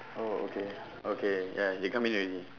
oh okay okay ya they come in already